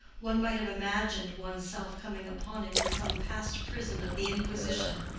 one might have imagined one's self coming upon it in some past prison of the inquisition,